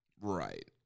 right